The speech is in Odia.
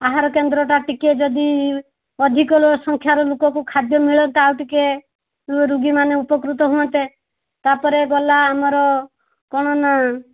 ଆହାର କେନ୍ଦ୍ରଟା ଟିକିଏ ଯଦି ଅଧିକ ସଂଖ୍ୟାର ଲୋକଙ୍କୁ ଖାଦ୍ୟ ମିଳନ୍ତା ଆଉ ଟିକିଏ ରୋଗୀମାନେ ଉପକୃତ ହୁଅନ୍ତେ ତାପରେ ଗଲା ଆମର କଣ ନା